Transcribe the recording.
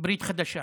ברית חדשה.